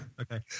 Okay